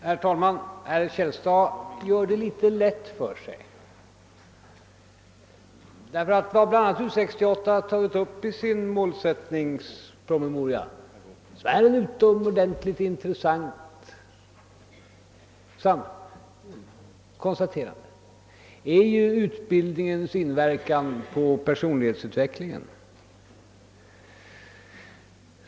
Herr talman! Herr Källstad gör det lätt för sig. Låt mig påpeka att bl a. U68 i sin målsättningspromemoria gjort ett utomordentligt intressant konstaterande rörande utbildningens inverkan på personlighetsutvecklingen.